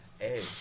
Hey